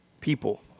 people